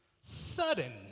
sudden